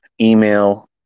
email